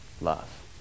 love